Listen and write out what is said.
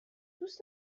دوست